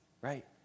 right